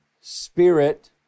spirit